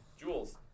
Jules